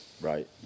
right